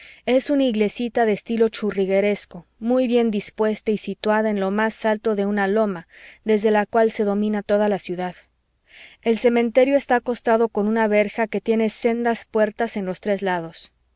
es una iglesita de estilo churrigueresco muy bien dispuesta y situada en lo más alto de una loma desde la cual se domina toda la ciudad el cementerio está acotado con una verja que tiene sendas puertas en los tres lados